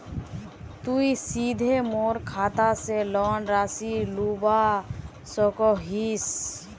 तुई सीधे मोर खाता से लोन राशि लुबा सकोहिस?